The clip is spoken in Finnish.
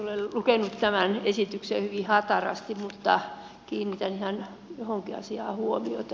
olen lukenut tämän esityksen hyvin hatarasti mutta kiinnitän ihan johonkin asiaan huomiota